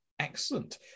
Excellent